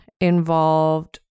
involved